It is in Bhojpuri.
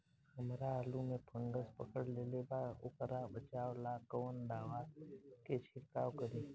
हमरा आलू में फंगस पकड़ लेले बा वोकरा बचाव ला कवन दावा के छिरकाव करी?